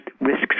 risks